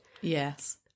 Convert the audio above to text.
Yes